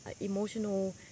emotional